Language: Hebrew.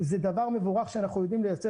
זה דבר מבורך שאנחנו יודעים לייצר